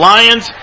Lions